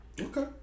Okay